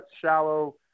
shallow